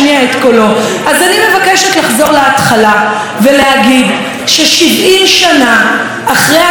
אז אני מבקשת לחזור להתחלה ולהגיד ש-70 שנה אחרי הנס האדיר